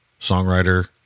songwriter